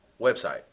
website